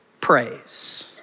praise